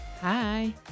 Hi